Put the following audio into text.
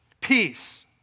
peace